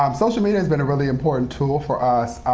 um social media has been a really important tool for us,